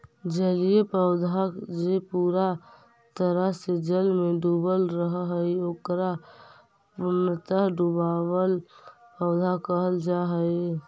जलीय पौधा जे पूरा तरह से जल में डूबल रहऽ हई, ओकरा पूर्णतः डुबल पौधा कहल जा हई